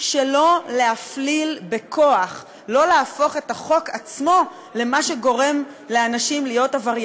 לא הייתם מתביישים במה שאתם עושים בוועדת השרים לחקיקה,